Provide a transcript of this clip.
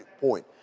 point